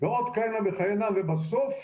ועוד כהנה וכהנה, ובסוף